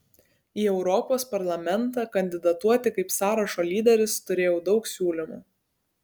į europos parlamentą kandidatuoti kaip sąrašo lyderis turėjau daug siūlymų